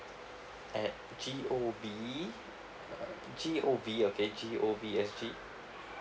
at G_O_B uh G_O_V okay G_O_V S_G